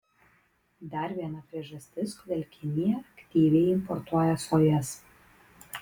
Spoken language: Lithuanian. dar viena priežastis kodėl kinija aktyviai importuoja sojas